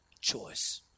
choice